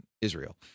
Israel